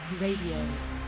Radio